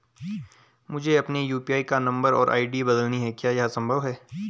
मुझे अपने यु.पी.आई का नम्बर और आई.डी बदलनी है क्या यह संभव है?